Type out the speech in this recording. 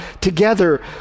together